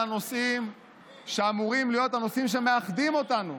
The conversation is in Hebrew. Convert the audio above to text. הנושאים שאמורים להיות הנושאים שמאחדים אותנו?